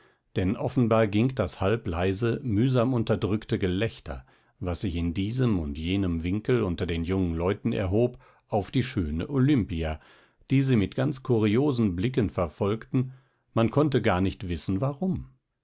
denn offenbar ging das halbleise mühsam unterdrückte gelächter was sich in diesem und jenem winkel unter den jungen leuten erhob auf die schöne olimpia die sie mit ganz kuriosen blicken verfolgten man konnte gar nicht wissen warum